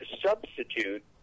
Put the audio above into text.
substitute